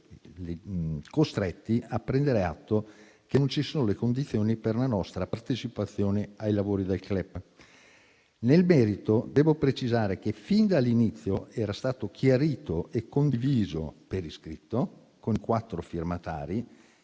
«costretti a prendere atto che non ci sono le condizioni per una nostra partecipazione ai lavori del CLEP». Nel merito devo precisare che fin dall'inizio era stato chiarito e condiviso per iscritto, con i quattro firmatari,